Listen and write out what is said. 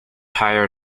hire